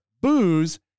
booze